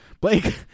Blake